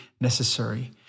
necessary